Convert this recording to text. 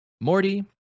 Morty